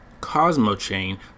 Cosmochain